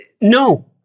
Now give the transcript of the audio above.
No